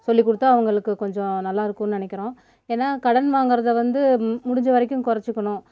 சொல்லிக் கொடுத்தா அவங்களுக்கு கொஞ்சம் நல்லா இருக்கும்ன்னு நினைக்கிறோம் ஏன்னா கடன் வாங்குறத வந்து முடிஞ்ச வரைக்கும் கொறைச்சிக்கணும்